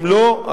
אם לא,